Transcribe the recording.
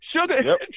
Sugar